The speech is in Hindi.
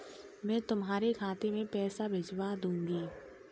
मैं तुम्हारे खाते में पैसे भिजवा दूँगी